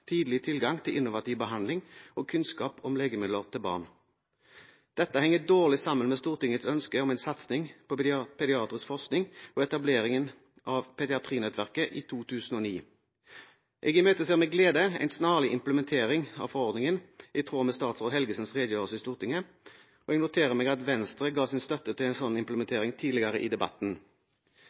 tidlig tilgang til innovativ behandling og kunnskap om legemidler til barn. Dette henger dårlig sammen med Stortingets ønske om en satsing på pediatrisk forskning og etableringen av pediatrinettverket i 2009. Jeg imøteser med glede en snarlig implementering av forordningen i tråd med statsråd Helgesens redegjørelse i Stortinget. Jeg noterer meg at Venstre ga sin støtte til en sånn implementering tidligere i debatten.